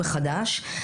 מחדש.